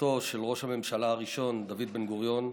משפחתו של ראש הממשלה הראשון דוד בן-גוריון,